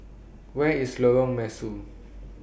Where IS Lorong Mesu